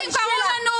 תתביישי לך,